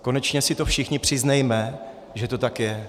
Konečně si to všichni přiznejme, že to tak je.